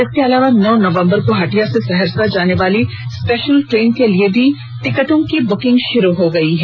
इसके अलावा नौ नवम्बर को हटिया से सहरसा जाने वाली स्पेशल ट्रेन के लिए भी टिकटों की बुकिंग शुरू हो गयी है